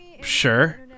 sure